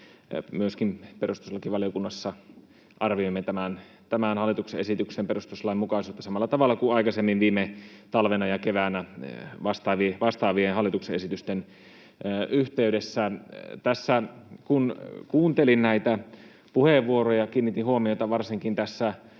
myöskin perustuslakivaliokunnassa arvioimme tämän hallituksen esityksen perustuslainmukaisuutta samalla tavalla kuin aikaisemmin viime talvena ja keväänä vastaavien hallituksen esitysten yhteydessä. Kun kuuntelin näitä puheenvuoroja, kiinnitin huomiota varsinkin tässä